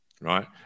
right